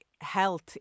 health